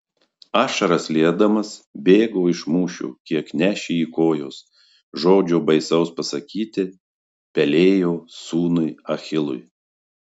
ašaras liedamas bėgo iš mūšio kiek nešė jį kojos žodžio baisaus pasakyti pelėjo sūnui achilui